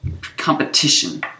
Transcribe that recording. competition